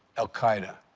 al-qaida.